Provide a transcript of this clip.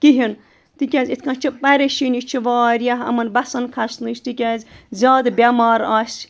کِہیٖنۍ تِکیٛازِ یِتھ کٔنۍ چھِ پریشٲنی چھِ واریاہ یِمَن بَسَن کھَسنٕچ تِکیازِ زیادٕ بٮ۪مار آسہِ